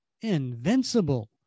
invincible